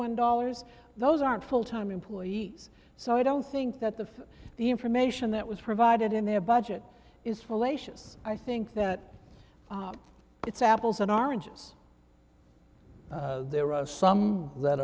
one dollars those aren't full time employees so i don't think that the the information that was provided in their budget is fallacious i think that it's apples and oranges there are some th